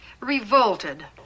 Revolted